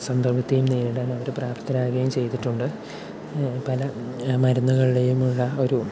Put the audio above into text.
സംഭവത്തെയും നേരിടാൻ അവർ പ്രാപ്തരാവുകയും ചെയ്തിട്ടുണ്ട് പല മരുന്നുകളുടെയും ഉള്ള ഒരു